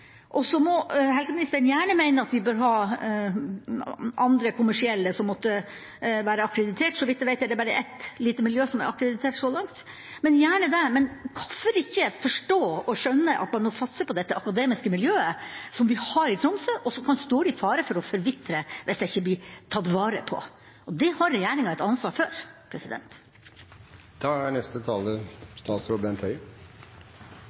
sammen. Så må helseministeren gjerne mene at vi bør ha andre kommersielle som måtte være akkreditert. Så vidt jeg vet, er det bare ett lite miljø som er akkreditert så langt – og gjerne det – men hvorfor ikke forstå og skjønne at man må satse på dette akademiske miljøet som vi har i Tromsø, og som kan stå i fare for å forvitre hvis det ikke blir tatt vare på. Det har regjeringa et ansvar for. Jeg vet ikke om jeg har uttalt meg uklart, eller hva som er